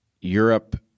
Europe